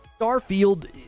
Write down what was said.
Starfield